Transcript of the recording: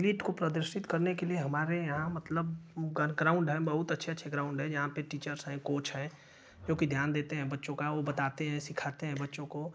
athlete को प्रदर्शित करने के लिए हमारे यहाँ मतलब ग्राउंड है बहुत अच्छे अच्छे ग्राउंड हैं जहाँ पर टीचर्स हैं कोच है जो कि ध्यान देते हैं बच्चों का वो बताते हैं सिखाते हैं बच्चों को